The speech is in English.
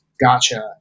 Gotcha